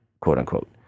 quote-unquote